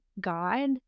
God